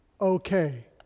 okay